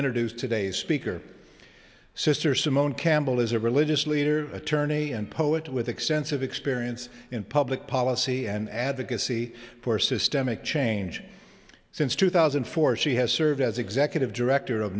introduce today's speaker sister simone campbell is a religious leader attorney and poet with extensive experience in public policy and advocacy for systemic change since two thousand and four she has served as executive director of